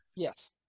yes